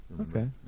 Okay